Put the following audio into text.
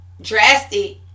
drastic